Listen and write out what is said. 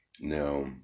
now